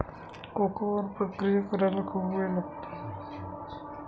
cocoa वर प्रक्रिया करायला खूप वेळ लागतो